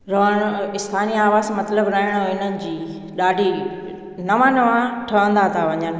रहण स्थानीय आवास मतिलब रहिणो हिननि जी ॾाढी नवा नवा ठहंदा था वञनि